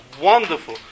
wonderful